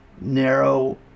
narrow